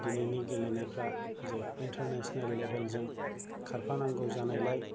दिनैनि गेलेनायफ्रा जे इनटारनेसनेल लेबेल जों खारफानांगौ जानायलाय